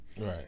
Right